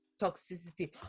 toxicity